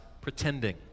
pretending